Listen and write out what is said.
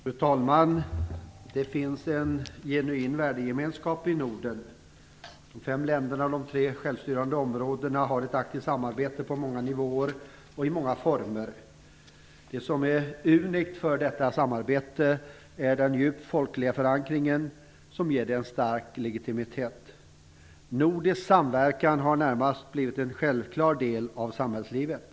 Fru talman! Det finns en genuin värdegemenskap i Norden. De fem länderna och de tre självstyrande områdena har ett aktivt samarbete på många nivåer och i många former. Det som är unikt för detta samarbete är den djupt folkliga förankringen, som ger det en stark legitimitet. Nordisk samverkan har närmast blivit en självklar del av samhällslivet.